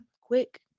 quick